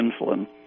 insulin